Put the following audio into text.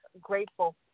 grateful